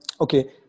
Okay